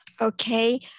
Okay